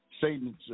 Satan's